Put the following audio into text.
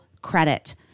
credit